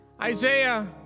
Isaiah